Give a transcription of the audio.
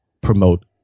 promote